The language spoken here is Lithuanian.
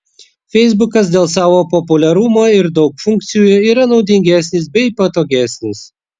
feisbukas dėl savo populiarumo ir daug funkcijų yra naudingesnis bei patogesnis